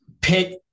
pick